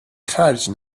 خرج